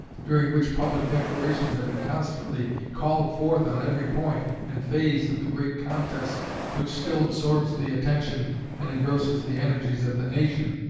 during which public declarations have been constantly called forth on every point and phase of the great contest which still absorbs the attention and engrosses the energies of the nation,